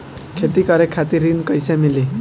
खेती करे खातिर ऋण कइसे मिली?